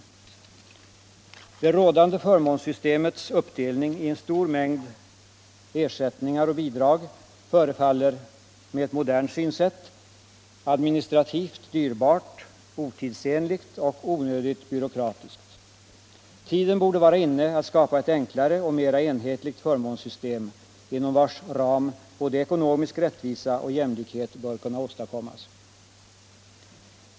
Det rådande förmånssystemets uppdelning i en stor mängd ersättningar och bidrag förefaller — med ett modernt synsätt — administrativt dyrbart, otidsenligt och onödigt byråkratiskt. Tiden borde vara inne att skapa ett enklare och mera enhetligt förmånssystem, inom vars ram både ekonomisk rättvisa och jämlikhet bör kunna åstadkommas.